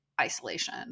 isolation